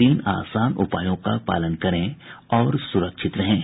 तीन आसान उपायों का पालन करें और सुरक्षित रहें